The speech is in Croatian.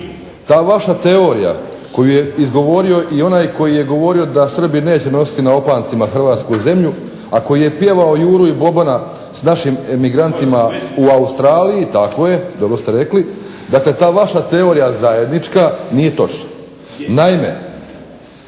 Ta vaša teorija koju je izgovorio i onaj koji je govorio da Srbi neće nositi na opancima hrvatsku zemlju, a koji je pjevao Juru i Bobana s našim emigrantima u Australiji. …/Upadica se ne razumije./… Tako je, dobro ste rekli. Dakle ta vaša teorija zajednička nije točna.